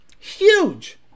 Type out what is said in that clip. huge